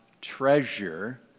treasure